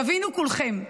תבינו כולכם,